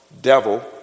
devil